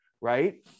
right